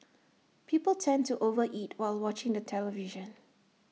people tend to over eat while watching the television